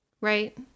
right